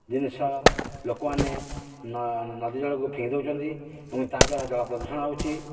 ଜିନିଷ ଲୋକମାନେ ନଦୀ ଜଳକୁ ଫିଙ୍ଗି ଦେଉଛନ୍ତି ଏବଂ ତାଦ୍ଵାରା ଜଳ ପ୍ରଦୂଷଣ ହେଉଛି